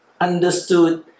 understood